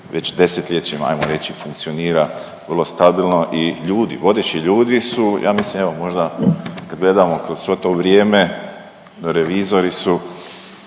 već desetljećima, ajmo reći funkcionira vrlo stabilno i ljudi, vodeći ljudi su ja mislim evo možda kad gledamo kroz sve to vrijeme revizori su